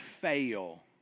fail